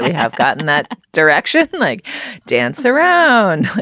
have gotten that direction like dance around.